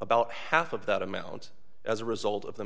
about half of that amount as a result of the